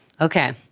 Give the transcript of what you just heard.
Okay